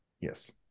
Yes